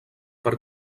per